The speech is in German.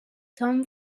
tom